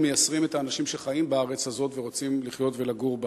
אנחנו מייסרים את האנשים שחיים בארץ הזאת ורוצים לחיות ולגור בה.